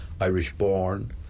Irish-born